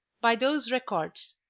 by those records,